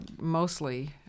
mostly